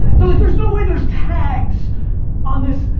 they're like there's no way there's tags on this,